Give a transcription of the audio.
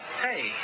Hey